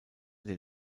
der